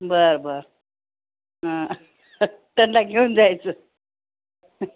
बरं बर हा त्यांना घेऊन जायचं